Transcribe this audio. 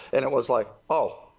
and it was like oh,